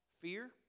Fear